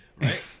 Right